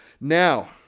Now